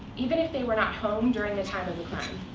even if they were not home during the time of the crime.